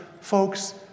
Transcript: folks